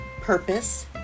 purpose